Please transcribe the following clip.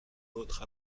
votre